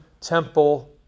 temple